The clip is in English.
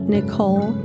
Nicole